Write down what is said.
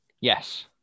yes